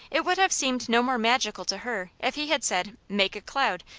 it would have seemed no more magical to her if he had said, make a cloud,